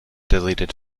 deleted